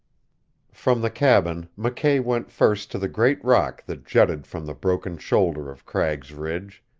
from the cabin mckay went first to the great rock that jutted from the broken shoulder of cragg's ridge,